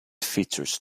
features